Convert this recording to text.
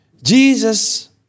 Jesus